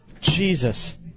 Jesus